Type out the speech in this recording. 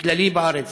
באופן כללי בארץ,